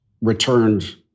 returned